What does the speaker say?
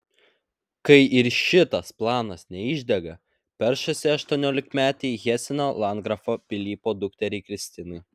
kai ir šitas planas neišdega peršasi aštuoniolikmetei heseno landgrafo pilypo dukteriai kristinai